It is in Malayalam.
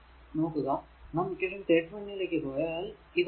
നോക്കുക നാം ഇക്വേഷൻ 31 ലേക്ക് പോയാൽ ഇതാണ് അത്